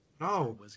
no